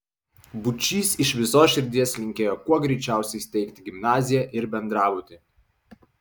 būčys iš visos širdies linkėjo kuo greičiausiai steigti gimnaziją ir bendrabutį